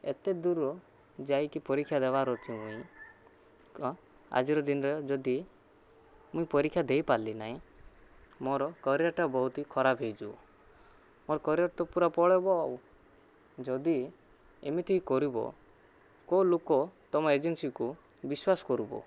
ଏତେ ଦୂର ଯାଇକି ପରୀକ୍ଷା ଦେବାର ଅଛି ମୁଇଁ କ ଆଜିର ଦିନରେ ଯଦି ମୁଇଁ ପରୀକ୍ଷା ଦେଇ ପାରିଲିନାହିଁ ମୋର କ୍ୟାରିଅରଟା ବହୁତ ହି ଖରାପ ହେଇଯିବ ମୋର କ୍ୟାରିଅର ତ ପୂରା ପଳେଇବ ଆଉ ଯଦି ଏମିତି କରିବ କେଉଁ ଲୋକ ତୁମ ଏଜେନ୍ସିକୁ ବିଶ୍ୱାସ କରିବ